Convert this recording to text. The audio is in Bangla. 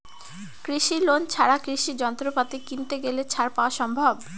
কৃষি লোন ছাড়া কৃষি যন্ত্রপাতি কিনতে গেলে ছাড় পাওয়া সম্ভব?